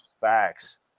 Facts